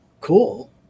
cool